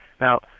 Now